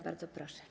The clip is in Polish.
Bardzo proszę.